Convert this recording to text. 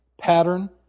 pattern